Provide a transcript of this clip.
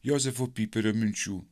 jozefo pyperio minčių